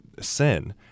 sin